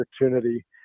opportunity